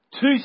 Two